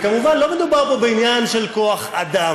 וכמובן, לא מדובר פה בעניין של כוח-אדם.